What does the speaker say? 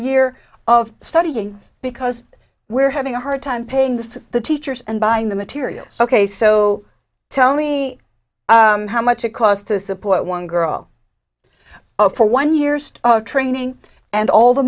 year of studying because we're having a hard time paying this to the teachers and buying the materials ok so tell me how much it costs to support one girl for one years of training and all the